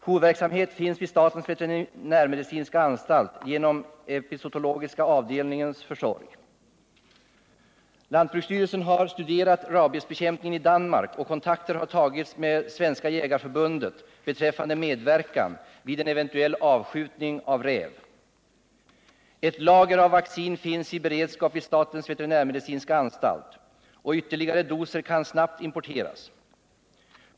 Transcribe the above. Jourverksamhet finns vid statens veterinärmedicinska anstalt genom epizootologiska avdelningens försorg. Lantbruksstyrelsen har studerat rabiesbekämpningen i Danmark, och kontakter har tagits med Svenska jägareförbundet beträffande medverkan vid en eventuell avskjutning av räv. Ett lager av vaccin finns i beredskap vid statens veterinärmedicinska anstalt, och ytterligare doser kan snabbt importeras.